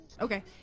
Okay